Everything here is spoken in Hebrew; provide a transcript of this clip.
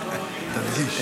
תדגיש.